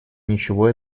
ничего